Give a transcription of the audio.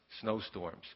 snowstorms